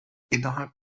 innerhalb